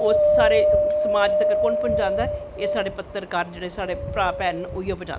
ओह् सारे समाज़ तक्क कुन पुज़ांदा ऐ एह् साढ़े पत्तरकार साढ़े भैन भ्रह् इयो पज़ांदे न